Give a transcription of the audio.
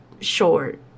short